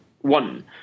one